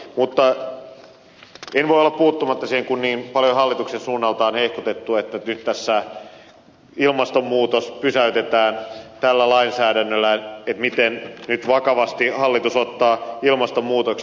mutta en voi olla puuttumatta siihen kun niin monen hallituksen suunnalta on hehkutettu että nyt tässä ilmastonmuutos pysäytetään tällä lainsäädännöllä ja miten vakavasti hallitus nyt ottaa ilmastonmuutoksen